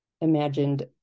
imagined